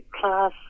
class